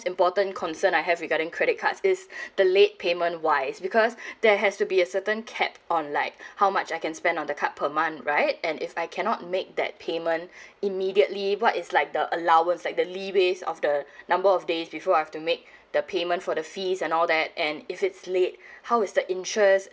important concern I have regarding credit cards is the late payment wise because there has to be a certain cap on like how much I can spend on the card per month right and if I cannot make that payment immediately what is like the allowance like the leeways of the number of days before I've to make the payment for the fees and all that and if it's late how is the interests